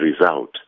result